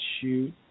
shoot